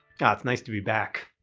god, it's nice to be back.